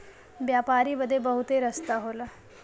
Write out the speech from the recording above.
व्यापारी बदे बहुते रस्ता होला